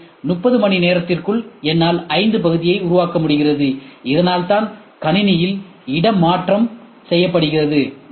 எனவே 30 மணிநேரத்திற்குள் என்னால் 5 பகுதியை உருவாக்க முடிகிறது அதனால் தான் கணினியில் இடமாற்றம் செய்யப்படுகிறது